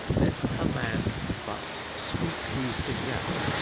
let a man but speak these things out,